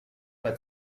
pas